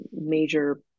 major